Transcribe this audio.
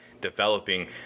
developing